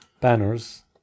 Banners